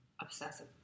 obsessive